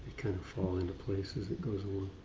kind of fall into place as it goes along.